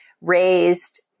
raised